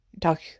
Talk